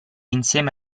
insieme